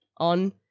on